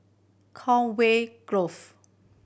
Conway Grove